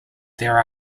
there